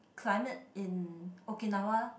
climate in Okinawa